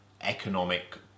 economic